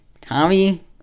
Tommy